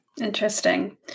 Interesting